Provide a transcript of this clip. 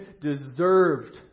deserved